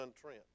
Trent